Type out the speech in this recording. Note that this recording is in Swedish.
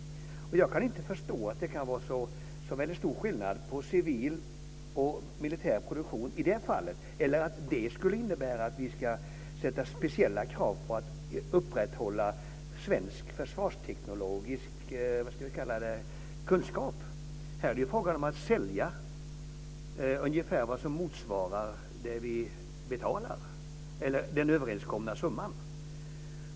Jag kan inte förstå att det kan vara så väldigt stor skillnad på civil och militär produktion i det fallet, eller att det skulle innebära att vi ställde speciella krav på att upprätthålla svensk försvarsteknologisk kunskap. Här är det ju fråga om att sälja för ungefär motsvarande det vi betalar, eller den överenskomna summan.